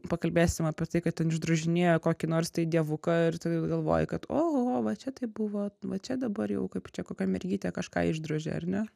pakalbėsim apie tai kad ten išdrožinėjo kokį nors tai dievuką ir tu galvoji kad oho va čia tai buvo va čia dabar jau kaip čia kokia mergytė kažką išdrožė ar ne